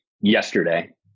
yesterday